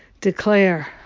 declare